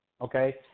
Okay